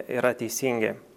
yra teisingi